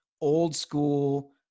old-school